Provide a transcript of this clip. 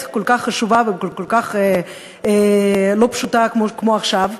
כל חשובה וכל כך לא פשוטה כמו עכשיו,